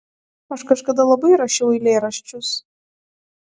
aš kažkada labai rašiau eilėraščius